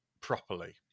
properly